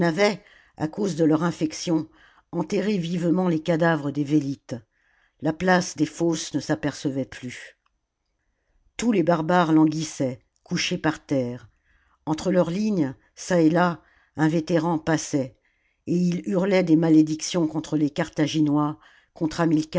à cause de leur infection enterré vivement les cadavres des vélites la place des fosses ne s'apercevait plus tous les barbares languissaient couchés par terre entre leurs lignes çà et là un vétéran passait et ils hurlaient des malédictions contre les carthagmois